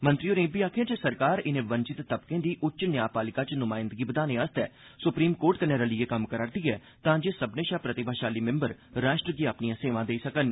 मंत्री होरें इब्बी आखेआ जे सरकार इनें वंचित तबकें दी उच्च न्याऽपालिका च नुमाइंदगी बधाने आस्तै सुप्रीम कोर्ट कन्नै रलियै कम्म करा'रदी ऐ तांजे सब्मने शा प्रतिभाशाली मैम्बर राष्ट्र गी अपनियां सेवां देई सकन